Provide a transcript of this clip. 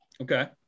Okay